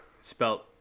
Spelt